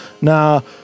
Now